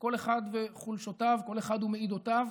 כל אחד וחולשותיו, כל אחד ומעידותיו.